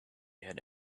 had